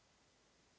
Hvala